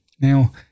Now